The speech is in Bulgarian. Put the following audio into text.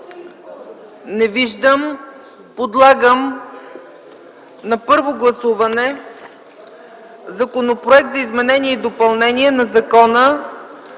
да приеме на първо гласуване Законопроект за изменение и допълнение на Закона